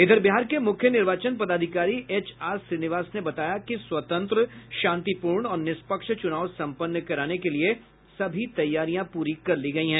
इधर बिहार के मुख्य निर्वाचन पदाधिकारी एचआर श्रीनिवास ने बताया कि स्वतंत्र शांतिपूर्ण और निष्पक्ष चुनाव संपन्न कराने के लिए सभी तैयारियां पूरी कर ली गयी हैं